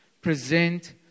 present